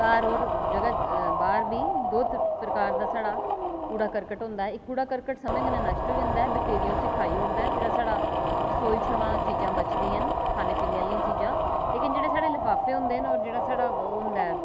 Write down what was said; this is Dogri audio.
घर और जेह्का बाह्र बी दो प्रकार दा साढ़ा कूड़ा कर्कट होंदा ऐ एह् कूड़ा कर्कट समें कन्नै नश्ट होई जंदा ऐ बैक्टेरिया उसी खाई ओड़दा ऐ जेह्ड़ा साढ़ा रसोई थमां चीजां बचदियां न खाने पीने आह्लियां चीजां लोकिन जेह्ड़ा साढ़ा लिफाफे होंदे न और जेह्ड़ा साढ़ा ओह् हुंदा ऐ